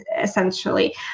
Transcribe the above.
essentially